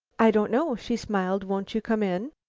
i don't know, she smiled. won't you come in?